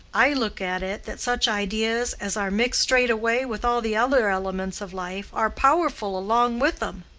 i look at it, that such ideas as are mixed straight away with all the other elements of life are powerful along with em.